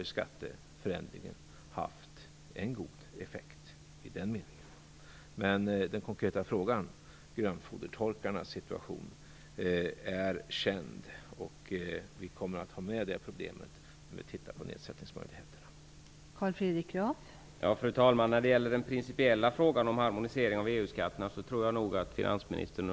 I så fall har skatteförändringen haft en god effekt i den meningen. Den konkreta frågan om grönfodertorkarnas situation är känd. Vi kommer att ta med det problemet när vi tittar på nedsättningsmöjligheterna.